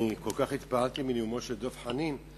אני כל כך התפעלתי מנאומו של דב חנין.